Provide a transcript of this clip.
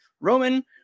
Roman